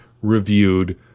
reviewed